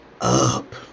up